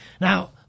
Now